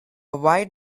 white